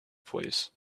place